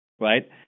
right